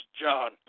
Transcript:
John